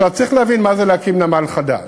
צריך להבין מה זה להקים נמל חדש.